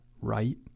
right